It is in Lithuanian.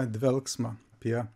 dvelksmą apie